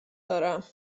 دارم